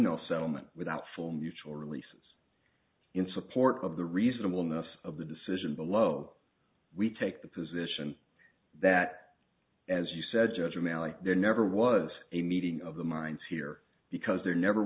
no settlement without full mutual releases in support of the reasonableness of the decision below we take the position that as you said judge ramallah there never was a meeting of the minds here because there never